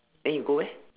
then you go where